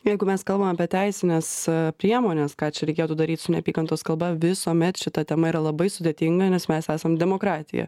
jeigu mes kalbam apie teisines priemones ką čia reikėtų daryt su neapykantos kalba visuomet šita tema yra labai sudėtinga nes mes esam demokratija